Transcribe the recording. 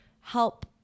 help